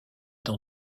dans